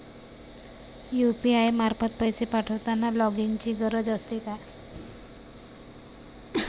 UPI मार्फत पैसे पाठवताना लॉगइनची गरज असते का?